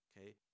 okay